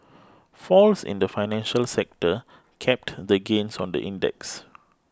falls in the financial sector capped the gains on the index